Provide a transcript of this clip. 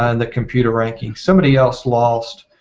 and the computer i think somebody else lost